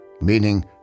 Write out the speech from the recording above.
meaning